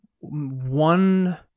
one